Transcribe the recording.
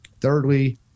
Thirdly